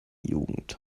jugend